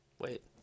Wait